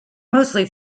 mostly